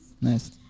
Nice